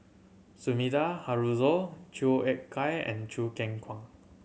Sumida Haruzo Chua Ek Kay and Choo Keng Kwang